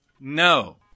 No